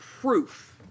proof